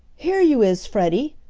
here you is, freddie!